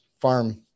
farm